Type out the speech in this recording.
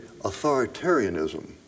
authoritarianism